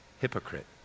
hypocrite